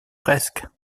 presque